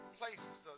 places